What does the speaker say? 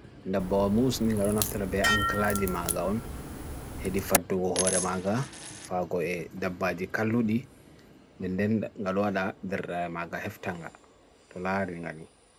Dabba mousi nigaronaftirabeya angklaji magaun Hedi faddu hohore maga Faw koe Dabba di kalludi Nenden galwada dir maga heftanga Tolari ngani